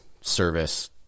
service